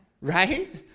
Right